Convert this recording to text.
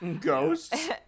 ghosts